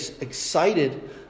excited